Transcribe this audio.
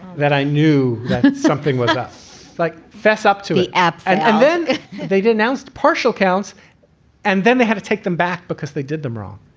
that i knew something was up like fess up to the app and then they denounced partial counts and then they had to take them back because they did them wrong.